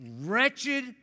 wretched